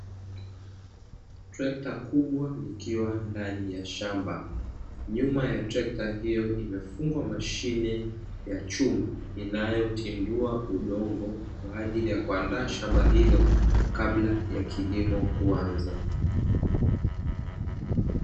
Trekta kubwa likiwa ndani ya shamba. Nyuma ya trekta hiyo imefungwa mashine ya chuma inayotindua udongo kwa ajili ya kuandaa shamba hilo kabla ya kilimo kuanza.